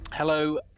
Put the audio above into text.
hello